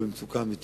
הוא במצוקה אמיתית,